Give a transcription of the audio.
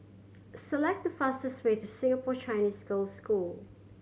select the fastest way to Singapore Chinese Girls' School